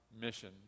mission